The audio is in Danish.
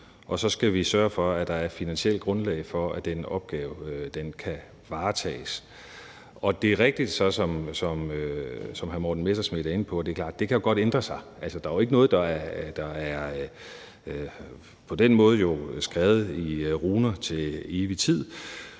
og så skal vi sørge for, at der er et finansielt grundlag for, at den opgave kan varetages. Det er rigtigt, som hr. Morten Messerschmidt er inde på, at det er klart, at det godt kan ændre sig. Der er jo ikke noget, der på den måde er skrevet i runer til evig tid,